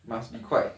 must be quite